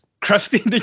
Crusty